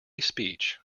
speech